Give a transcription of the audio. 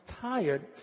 tired